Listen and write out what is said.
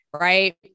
right